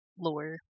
lore